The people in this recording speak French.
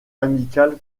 amical